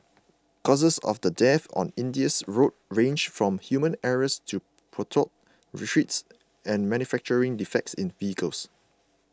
causes of the deaths on India's roads range from human error to potholed streets and manufacturing defects in vehicles